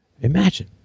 Imagine